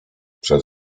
przed